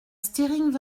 stiring